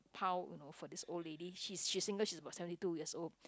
pau you know for this old lady she's she's single she's about seventy two years old